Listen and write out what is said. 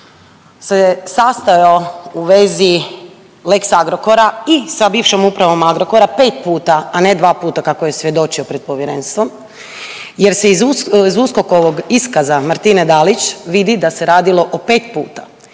se sastajao u vezi lex Agrokora i sa bivšom upravom Agrokora 5 puta, a ne 2 puta kako je svjedočio pred povjerenstvom jer se iz USKOK-ovog iskaza Martine Dalić vidi da se radilo o 5 puta,